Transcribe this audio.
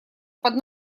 под